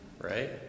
right